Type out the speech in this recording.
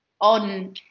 on